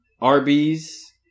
Arby's